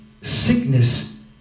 sickness